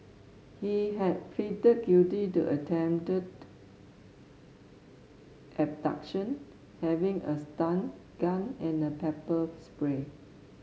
he had pleaded guilty to attempted abduction having a stun gun and a pepper spray